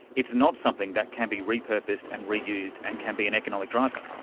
it's not something that can be repurposed and reused and can be an economic driver.